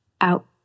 out